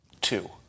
two